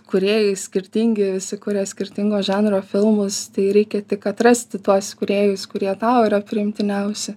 kūrėjai skirtingi visi kuria skirtingo žanro filmus tai reikia tik atrasti tuos kūrėjus kurie tau yra priimtiniausi